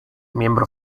miembro